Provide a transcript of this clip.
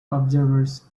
observers